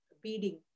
beading